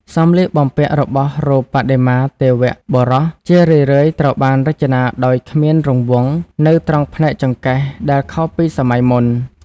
សម្លៀកបំពាក់របស់រូបបដិមាទេវៈបុរសជារឿយៗត្រូវបានរចនាដោយ គ្មានរង្វង់ នៅត្រង់ផ្នែកចង្កេះ ដែលខុសពីសម័យមុន។